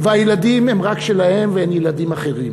והילדים הם רק של האם ואין ילדים אחרים,